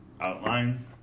Outline